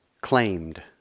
Claimed